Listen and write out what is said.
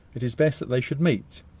it is best that they should meet.